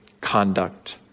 conduct